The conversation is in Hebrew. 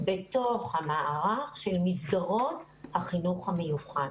בתוך המערך של מסגרות החינוך המיוחד.